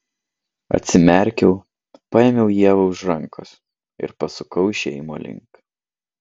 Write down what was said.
atsimerkiau paėmiau ievą už rankos ir pasukau išėjimo link